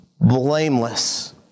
blameless